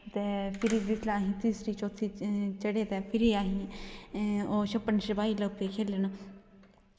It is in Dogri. ते फिरी जिसलै असें तीसरी चौथी चढ़े ते फ्ही असें ई छप्पन छपाई लग्गी पे खेलन